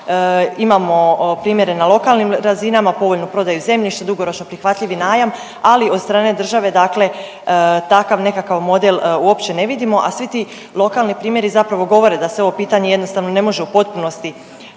Imamo primjere na lokalnim razinama, povoljnu prodaju zemljišta, dugoročno prihvatljivi najam, ali od strane države dakle takav nekakav model uopće ne vidimo, a svi ti lokalni primjeri zapravo govore da se ovo pitanje jednostavno ne može u potpunosti